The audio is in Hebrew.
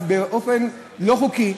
אז באופן לא חוקי,